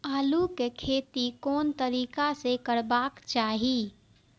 आलु के खेती कोन तरीका से करबाक चाही?